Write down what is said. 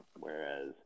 Whereas